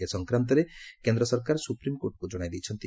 ଏ ସଂକ୍ରାନ୍ତରେ କେନ୍ଦ୍ର ସରକାର ସୁପ୍ରିମକୋର୍ଟକୁ ଜଣାଇ ଦେଇଛନ୍ତି